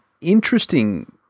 interesting-